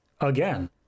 again